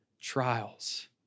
trials